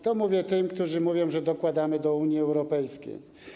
To mówię tym, którzy twierdzą, że dokładamy do Unii Europejskiej.